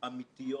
זה דבר אחד.